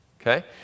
Okay